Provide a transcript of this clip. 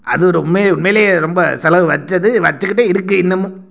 அது ரொம்பவே உண்மையிலயே ரொம்ப செலவு வச்சது வச்சிக்கிட்டே இருக்கு இன்னமும்